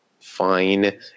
fine